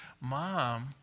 Mom